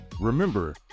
Remember